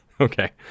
Okay